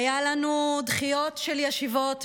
היו לנו דחיות של ישיבות,